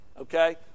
okay